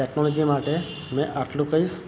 technology માટે મેં એટલું કહીશ